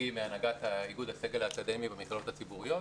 נציגים מהנהגת איגוד הסגל האקדמי במכללות הציבוריות.